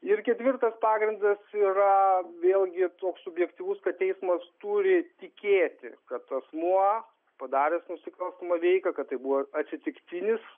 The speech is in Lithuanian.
ir ketvirtas pagrindas yra vėlgi toks subjektyvus kad teismas turi tikėti kad asmuo padaręs nusikalstamą veiką kad tai buvo atsitiktinis